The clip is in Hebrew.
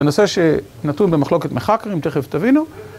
בנושא שנתון במחלוקת מחקרים, תכף תבינו.